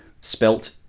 spelt